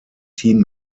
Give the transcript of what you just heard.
team